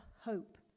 hope